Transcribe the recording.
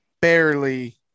barely